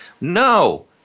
No